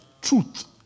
truth